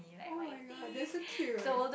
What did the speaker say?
oh-my-god that's so cute